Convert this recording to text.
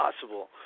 possible